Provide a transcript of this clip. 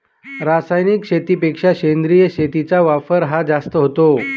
रासायनिक शेतीपेक्षा सेंद्रिय शेतीचा वापर हा जास्त होतो